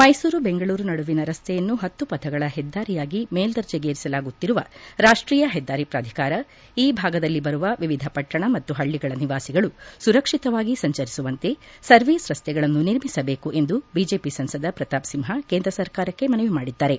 ಮೈಸೂರು ಬೆಂಗಳೂರು ನಡುವಿನ ರಸ್ತೆಯನ್ನು ಪತ್ತು ಪಥಗಳ ಹೆದ್ದಾರಿಯಾಗಿ ಮೇಲ್ಪರ್ಜೆಗೇರಿಸಲಾಗುತ್ತಿರುವ ರಾಷ್ಟೀಯ ಹೆದ್ದಾರಿ ಪಾಧಿಕಾರ ಈ ಭಾಗದಲ್ಲಿ ಬರುವ ವಿವಿಧ ಪಟ್ಟಣ ಮತ್ತು ಪಳ್ಳಗಳ ನಿವಾಸಿಗಳು ಸುರಕ್ಷಿತವಾಗಿ ಸಂಚರಿಸುವಂತೆ ಸರ್ವೀಸ್ ರಸ್ತೆಗಳನ್ನು ನಿರ್ಮಿಸಬೇಕು ಎಂದು ಬಿಜೆಪಿ ಸಂಸದ ಪ್ರತಾಪ್ ಸಿಂಹ ಕೇಂದ್ರ ಸರ್ಕಾರಕ್ಕೆ ಮನವಿ ಮಾಡಿದ್ದಾರೆ